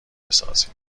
بسازیم